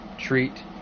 treat